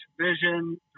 vision